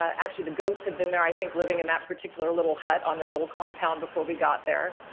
actually, the goats had been there, i think, living in that particular little hut on their little compound before we got there.